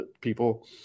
people